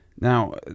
Now